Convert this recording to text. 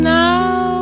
now